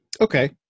Okay